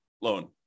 loan